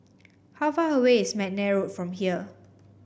how far away is McNair Road from here